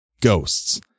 ghosts